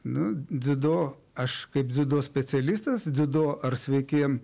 nu dziudo aš kaip dziudo specialistas dziudo ar sveikiem